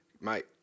mate